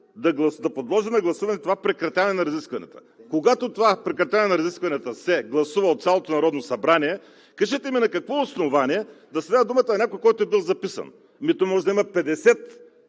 да подложи на гласуване това прекратяване на разискванията.“ Когато това прекратяване на разискванията се гласува от цялото Народно събрание, кажете ми на какво основание да се дава думата на някой, който е бил записан? Ами то може да има 50,